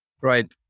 Right